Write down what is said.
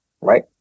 right